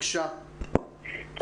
שלום.